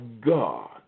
God